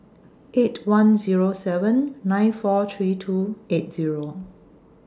eight one Zero seven nine four three two eight Zero